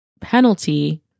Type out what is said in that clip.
penalty